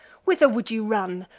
whether would you run?